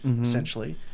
essentially